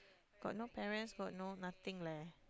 got no parents got no nothing leh